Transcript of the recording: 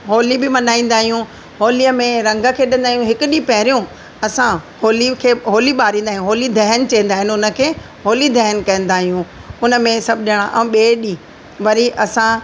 होली बि मल्हाईंदा आहियूं होलीअ में रंग खेॾंदा आहियूं हिक ॾींहं पहिरियों असां होला खे होली ॿारींदा आहियूं होली दहन चवंदा आहिनि उनखे होली दहन कंदा आहियूं उनमें सब ॼणा अऊं ॿिए ॾींहं वरी असां